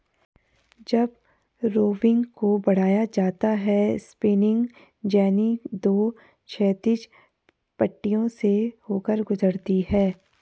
जब रोविंग को बढ़ाया जाता है स्पिनिंग जेनी दो क्षैतिज पट्टियों से होकर गुजरती है